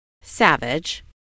savage